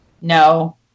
No